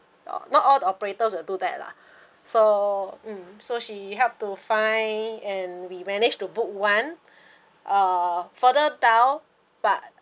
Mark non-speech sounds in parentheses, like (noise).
not all the operators will do that lah so mm so she helped to find and we managed to book one (breath) uh further down but